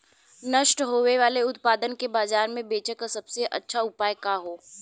नष्ट होवे वाले उतपाद के बाजार में बेचे क सबसे अच्छा उपाय का हो?